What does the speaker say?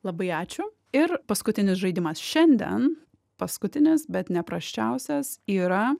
labai ačiū ir paskutinis žaidimas šiandien paskutinis bet ne prasčiausias yra